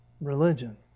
religion